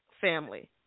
family